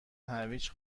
هویج